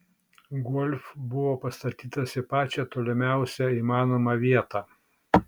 golf buvo pastatytas į pačią tolimiausią įmanomą vietą